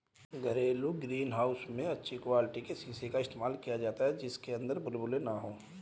घरेलू green house में अच्छी क्वालिटी के शीशे का इस्तेमाल किया जाता है जिनके अंदर बुलबुले ना हो